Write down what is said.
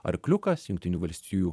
arkliukas jungtinių valstijų